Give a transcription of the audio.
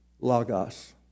Lagos